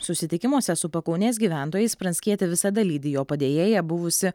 susitikimuose su pakaunės gyventojais pranckietį visada lydi jo padėjėja buvusi